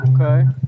Okay